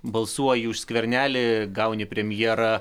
balsuoji už skvernelį gauni premjerą